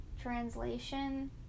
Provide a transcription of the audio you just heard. translation